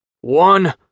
one